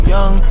Young